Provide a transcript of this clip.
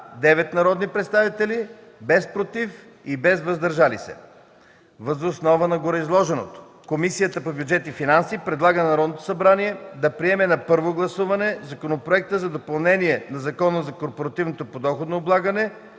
9 народни представители, без „против” и „въздържали се”. Въз основа на гореизложеното Комисията по бюджет и финанси предлага на Народното събрание да приеме на първо гласуване Законопроект за допълнение на Закона за корпоративното подоходно облагане,